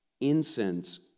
Incense